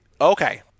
Okay